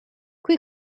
qui